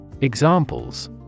Examples